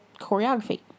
choreography